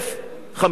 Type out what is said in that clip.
5 מיליון?